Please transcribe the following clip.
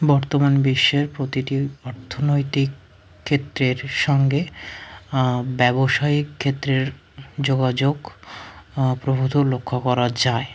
বর্তমান বিশ্বের প্রতিটি অর্থনৈতিক চিত্রের সঙ্গে ব্যবসায়িক ক্ষেত্রের যোগাযোগ প্রভূত লক্ষ্য করা যায়